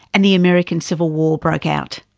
and the american civil war broke out.